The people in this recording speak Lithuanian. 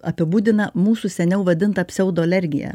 apibūdina mūsų seniau vadintą pseudoalergiją